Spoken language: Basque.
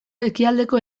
ekialdeko